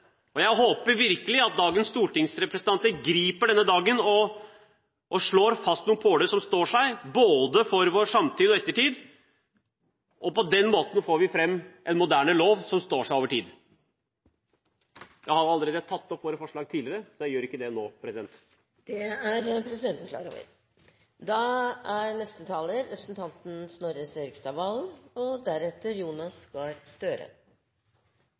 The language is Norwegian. og jeg håper virkelig at dagens stortingsrepresentanter griper denne dagen og slår fast noen påler som står seg både for vår samtid og vår ettertid. På den måten får vi en moderne lov som står seg over tid. Jeg har allerede tatt opp våre forslag tidligere, så jeg gjør ikke det nå. Det er presidenten klar over.